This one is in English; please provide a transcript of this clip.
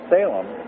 Salem